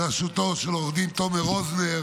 בראשותו של עו"ד תומר רוזנר